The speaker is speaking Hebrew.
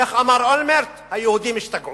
איך אמר אולמרט, היהודים השתגעו.